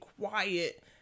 quiet